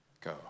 Go